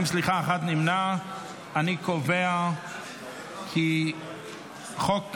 נעבור להצבעה על הצעת